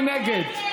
מי נגד?